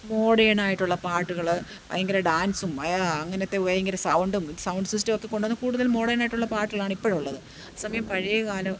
മോഡേണായിട്ടുള്ള പാട്ടുകൾ ഭയങ്കര ഡാൻസും അങ്ങനത്തെ ഭയങ്കര സൗണ്ടും സൗണ്ട് സിസ്റ്റമൊക്കെ കൊണ്ടുവന്ന് കൂടുതൽ മോഡേണായിട്ടുള്ള പാട്ടുകളാണ് ഇപ്പോഴുള്ളത് സമയം പഴയകാലം